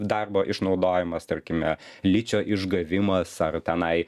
darbo išnaudojimas tarkime ličio išgavimas ar tenai